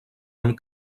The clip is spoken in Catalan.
amb